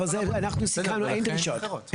כאן אין דרישות.